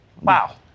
Wow